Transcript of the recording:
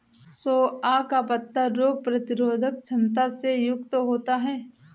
सोआ का पत्ता रोग प्रतिरोधक क्षमता से युक्त होता है